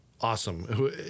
awesome